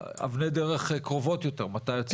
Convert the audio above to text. אבני דרך קרובות יותר, מתי יוצא מכרז?